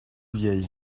vieille